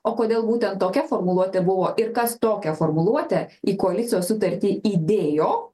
o kodėl būtent tokia formuluotė buvo ir kas tokią formuluotę į koalicijos sutartį įdėjo